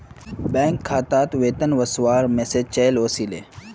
bank खातात वेतन वस्वार मैसेज चाइल ओसीले